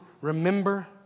remember